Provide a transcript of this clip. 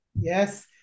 Yes